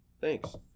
Thanks